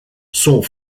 sont